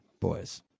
boys